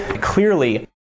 Clearly